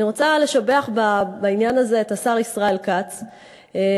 אני רוצה לשבח בעניין הזה את השר ישראל כץ שהחליט,